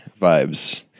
vibes